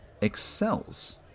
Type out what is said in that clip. excels